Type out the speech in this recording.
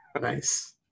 Nice